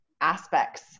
aspects